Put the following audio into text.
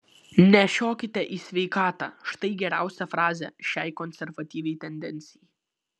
nešiokite į sveikatą štai geriausia frazė šiai konservatyviai tendencijai